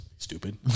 Stupid